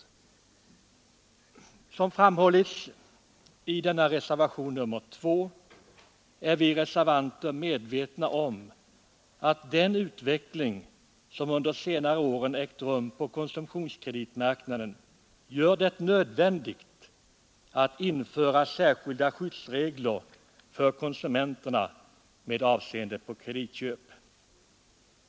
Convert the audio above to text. Som framhållits i reservationen 2 är vi reservanter medvetna om att den utveckling som under senare år ägt rum på konsumtionskreditmarknaden gör det nödvändigt att införa särskilda skyddsregler för konsumenterna med avseende på kreditköp.